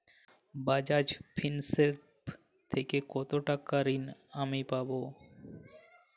Bajaj Finserv থেকে কতো টাকা ঋণ আমি পাবো?